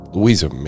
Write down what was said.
Louisa